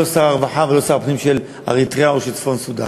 לא שר הרווחה או שר הפנים של אריתריאה או של צפון-סודאן.